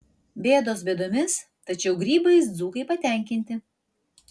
bėdos bėdomis tačiau grybais dzūkai patenkinti